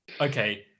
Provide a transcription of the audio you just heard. Okay